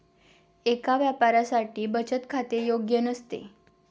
एका व्यापाऱ्यासाठी बचत खाते योग्य नसते